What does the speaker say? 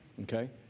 Okay